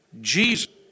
Jesus